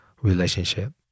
relationship